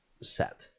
set